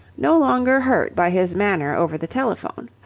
no longer hurt by his manner over the telephone.